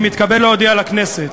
אני מתכבד להודיע לכנסת,